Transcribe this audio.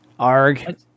ARG